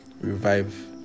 revive